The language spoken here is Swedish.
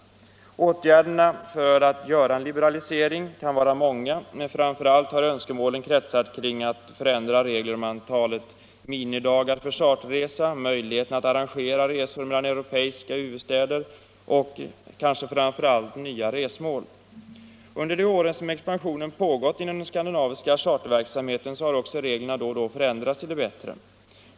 Åtgärderna för en liberalisering kan vara många, men framför allt har önskemålen kretsat kring förändring av reglerna om antalet minimidagar för charterresa, möjligheten att arrangera resor mellan europeiska huvudstäder och kanske framför allt nya resmål. Under de år som expansionen pågått inom den skandinaviska charterverksamheten har också reglerna då och då förändrats till det bättre.